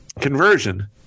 conversion